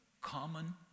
common